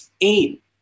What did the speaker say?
eight